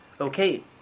Okay